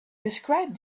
described